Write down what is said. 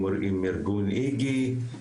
עם ארגון איגי,